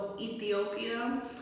Ethiopia